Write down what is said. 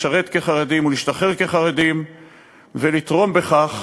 לשרת כחרדים ולהשתחרר כחרדים ולתרום בכך